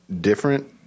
different